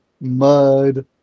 mud